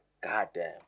goddamn